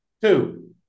Two